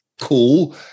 cool